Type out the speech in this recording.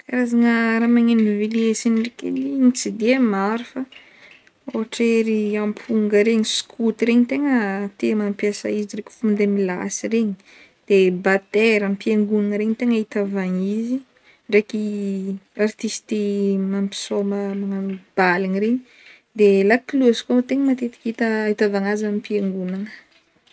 Karazagna raha magneno velesigny ndraiky edy tsy dia maro fa ôhatra ery aponga regny skoto regny tegna tia mampiasa izy rehefa mandeha milasy regny de batera am-piangonana regny tegna ahitavagna izy draiky artisty mampisoma magnano baligny regny de laklosy koa tegna matetika hita ahitavagna azy ampiangognana.